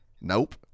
Nope